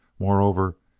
moreover,